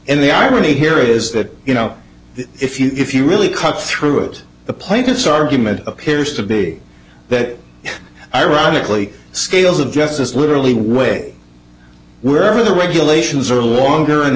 and the irony here is that you know if you if you really cut through it the plaintiff's argument appears to be that ironically scales of justice literally way wherever the regulations are longer and